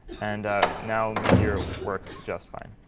and now meteor works just fine.